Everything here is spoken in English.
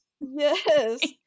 Yes